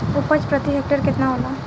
उपज प्रति हेक्टेयर केतना होला?